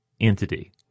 entity